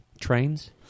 trains